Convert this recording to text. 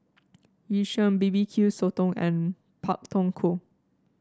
Yu Sheng B B Q Sotong and Pak Thong Ko